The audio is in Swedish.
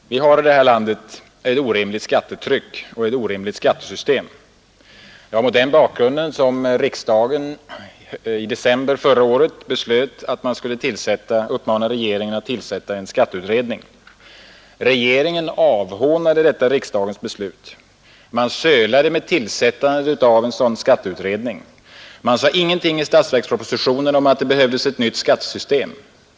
Herr talman! Vi har i detta land ett orimligt skattetryck och ett orimligt skattesystem. Det var mot den bakgrunden som vi i december förra året beslöt att man skulle uppmana regeringen att tillsätta en skatteutredning. Regeringen avhånade detta riksdagens beslut. Man sölade med tillsättandet av en sådan skatteutredning. Man sade ingenting i statsverkspropositionen om att det behövdes ett nytt skattesystem.